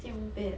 这样 bad